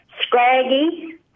scraggy